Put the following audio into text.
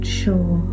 sure